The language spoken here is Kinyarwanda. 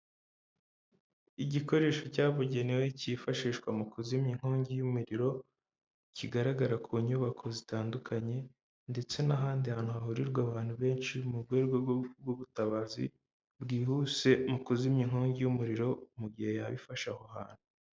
Igikoresho cyabugenewe cyifashishwa mu kuzimya inkongi y'umuriro kigaragara ku nyubako zitandukanye ndetse n'ahandi hantu hahurirwa abantu benshi mu rwego rw'ubutabazi bwihuse mu kuzimya inkongi y'umuriro mu gihe yaba ifashe aho hantu.